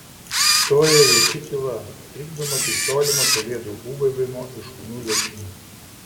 stoja jauki tyla trikdoma tik tolimo pelėdų ūbavimo ir šunų lojimo